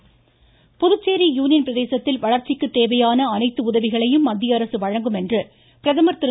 பிரதமர் புதுச்சேரி யூனியன் பிரதேசத்தில் வளர்ச்சிக்கு தேவையான அனைத்து உதவிகளையும் மத்திய அரசு வழங்கும் என்று பிரதமர் திரு